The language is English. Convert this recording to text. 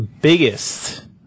Biggest